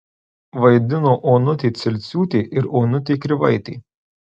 vaidino onutė cilciūtė ir onutė krivaitė